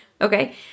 Okay